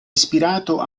ispirato